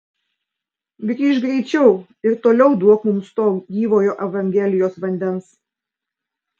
grįžk greičiau ir toliau duok mums to gyvojo evangelijos vandens